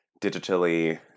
digitally